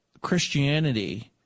Christianity